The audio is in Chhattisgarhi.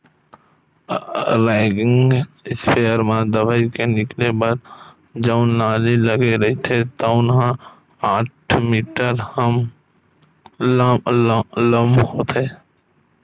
रॉकिंग इस्पेयर म दवई के निकले बर जउन नली लगे रहिथे तउन ह आठ मीटर लाम होथे